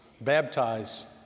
baptize